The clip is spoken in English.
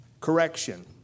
correction